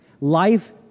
Life